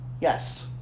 Yes